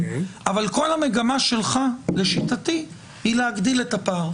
אבל כל המגמה שלך לשיטתי היא להגדיל את הפער.